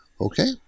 Okay